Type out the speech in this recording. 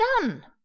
done